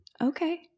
okay